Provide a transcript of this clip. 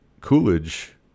Coolidge